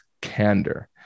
candor